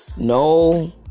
No